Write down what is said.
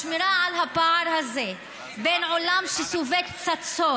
השמירה על הפער הזה בין עולם שסופג פצצות